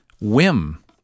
whim